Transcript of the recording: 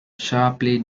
sharply